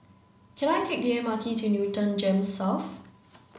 can I take the M R T to Newton GEMS South